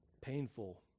painful